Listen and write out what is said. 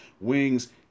Wings